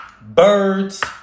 Birds